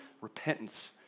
repentance